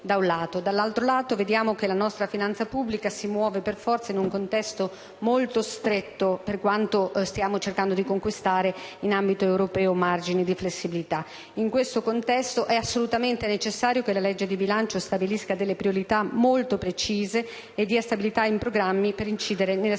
Dall'altro lato vediamo che la nostra finanza pubblica si muove in un contesto molto stretto, per quanto stiamo cercando di conquistare margini di flessibilità in ambito europeo. In questo contesto, è assolutamente necessario che la legge di bilancio stabilisca delle priorità molto precise e dia stabilità e programmi per incidere sulle aspettative